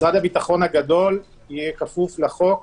משרד הביטחון הגדול יהיה כפוף לחוק,